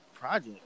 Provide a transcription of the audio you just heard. project